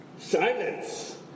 Silence